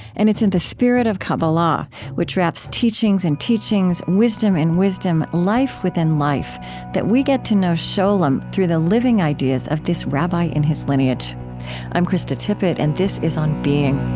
and it's in the spirit of kabbalah which wraps teachings in teachings, wisdom in wisdom, life within life that we get to know scholem through the living ideas of this rabbi in his lineage i'm krista tippett, and this is on being